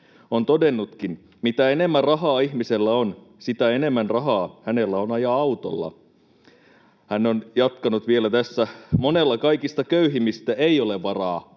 on todennutkin: ”Mitä enemmän rahaa ihmisellä on, sitä enemmän rahaa hänellä on ajaa autolla.” Hän on jatkanut vielä tässä: ”Monella kaikista köyhimmistä ei ole varaa